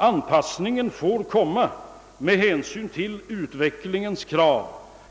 Man måste i stället anpassa sin politik efter utvecklingens krav,